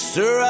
Sir